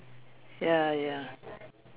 ya ya